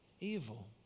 evil